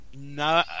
No